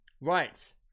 Right